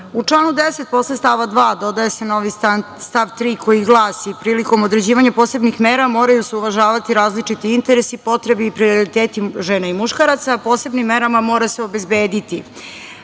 članu 10. posle stava 2. dodaje se novi stav 3. koji glasi: „Prilikom određivanja posebnih mera moraju se uvažavati različiti interesi, potrebe i prioriteti žena i muškaraca, a posebnim merama mora se obezbediti: